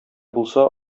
булса